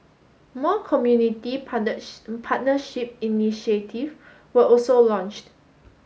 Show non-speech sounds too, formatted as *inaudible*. more community *unintelligible* partnership initiative were also launched